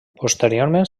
posteriorment